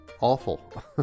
awful